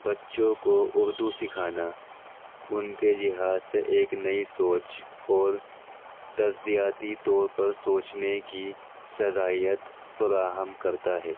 بچوں کو اردو سکھانا ان کے لحاظ سے ایک نئی سوچ اور تجزیاتی طور پر سوچنے کی صلاحیت فراہم کرتا ہے